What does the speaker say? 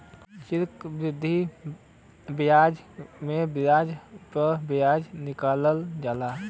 चक्रवृद्धि बियाज मे बियाज प बियाज निकालल जाला